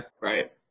right